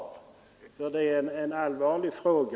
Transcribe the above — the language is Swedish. Detta är en för många allvarlig fråga.